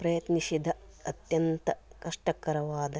ಪ್ರಯತ್ನಿಸಿದ ಅತ್ಯಂತ ಕಷ್ಟಕರವಾದ